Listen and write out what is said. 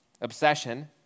obsession